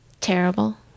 terrible